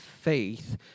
faith